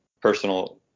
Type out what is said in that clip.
personal